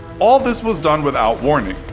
all this was done without warning,